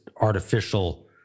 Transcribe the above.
artificial